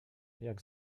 jak